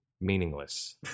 meaningless